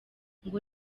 ngo